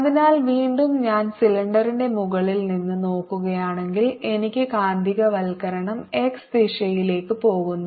അതിനാൽ വീണ്ടും ഞാൻ സിലിണ്ടറിന്റെ മുകളിൽ നിന്ന് നോക്കുകയാണെങ്കിൽ എനിക്ക് കാന്തികവൽക്കരണം x ദിശയിലേക്ക് പോകുന്നു